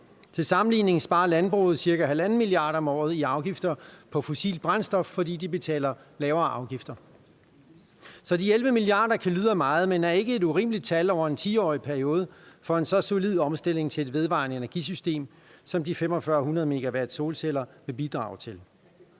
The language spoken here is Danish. Til sammenligning sparer landbruget ca. 1,5 mia. kr. om året i afgifter på fossilt brændstof, fordi de betaler lavere afgifter. Så de 11 mia. kr. kan lyde af meget, men er ikke et urimeligt tal over en 10-årig periode for en så solid omstilling til et vedvarende energisystem, som de 4.500 MW solceller vil bidrage til.